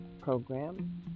program